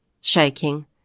Shaking